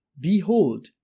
Behold